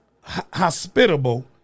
hospitable